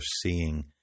seeing